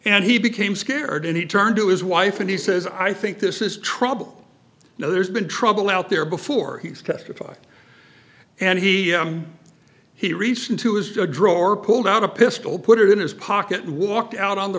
and he became scared and he turned to his wife and he says i think this is trouble you know there's been trouble out there before he's testified and he he recently has a drawer pulled out a pistol put it in his pocket walked out on the